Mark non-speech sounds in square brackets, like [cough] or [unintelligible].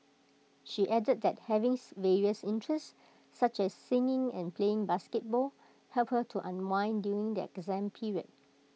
she added that having [unintelligible] various interests such as singing and playing basketball helped her to unwind during the exam period